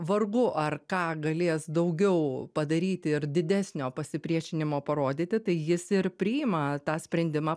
vargu ar ką galės daugiau padaryti ir didesnio pasipriešinimo parodyti tai jis ir priima tą sprendimą